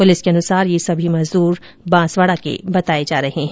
police के अनुसार ये सभी मजदूर बांसवाड़ा के बताए जा रहे हैं